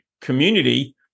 community